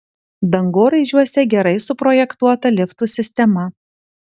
dangoraižiuose gerai suprojektuota liftų sistema